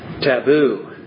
taboo